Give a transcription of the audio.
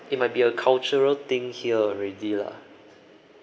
it might be a cultural thing here already lah